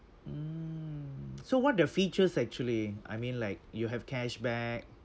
mm so what the features actually I mean like you have cashback